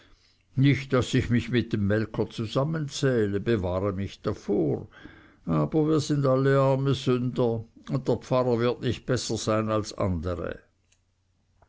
nicht daß ich mich mit dem melker zusammenzähle bewahre mich davor aber wir sind alle arme sünder und der pfarrer wird nicht besser sein als andere